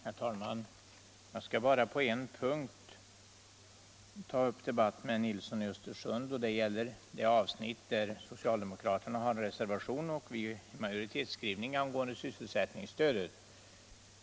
Herr talman! Jag skall bara på en punkt ta upp debatt med herr Nilsson i Östersund, nämligen det avsnitt där socialdemokraterna har en reservation och vi majoritetsskrivning. Det gäller sysselsättningsstödet.